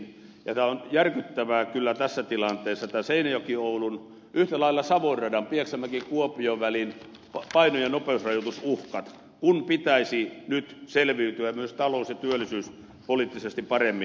nämä ovat järkyttäviä kyllä tässä tilanteessa tämän seinäjokioulu radan yhtä lailla savon radan pieksämäkikuopio välin paino ja nopeusrajoitusuhkat kun pitäisi nyt selviytyä myös talous ja työllisyyspoliittisesti paremmin